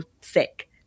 sick